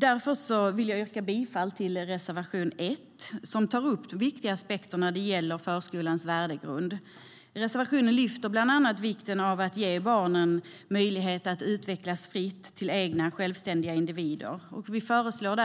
Därför vill jag yrka bifall till reservation 1, som tar upp viktiga aspekter när det gäller förskolans värdegrund. Reservationen lyfter bland annat vikten av att ge barnen möjlighet att utvecklas fritt till egna självständiga individer. Vi föreslår